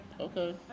Okay